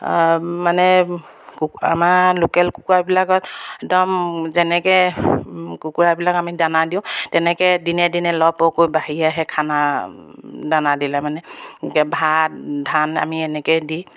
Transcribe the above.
মানে আমাৰ লোকেল কুকুৰাবিলাকত একদম যেনেকৈ কুকুৰাবিলাক আমি দানা দিওঁ তেনেকৈ দিনে দিনে লহপহকৈ বাঢ়ি আহে খানা দানা দিলে মানে ভাত ধান আমি এনেকৈ দি